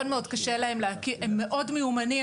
הם מאוד מיומנים,